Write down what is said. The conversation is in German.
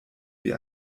wie